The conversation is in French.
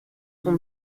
son